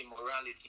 immorality